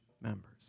members